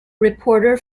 reporter